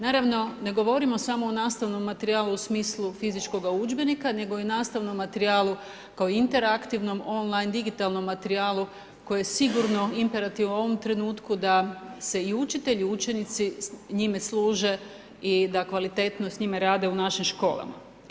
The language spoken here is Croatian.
Naravno, ne govorimo samo o nastavnom materijalu u smislu fizičkoga udžbenika nego i u nastavnom materijalu kao interaktivnom on line digitalnom materijalu koje je sigurno imperativ u ovom trenutku, da se i učitelj i učenici njime služe i da kvalitetno s njime rade u našim školama.